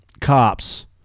cops